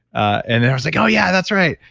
and then, i was like, oh, yeah that's right.